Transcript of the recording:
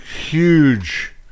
huge